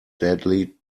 deadly